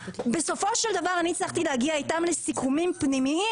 בסופו של דבר אני הצלחתי להגיע איתם לסיכומים פנימיים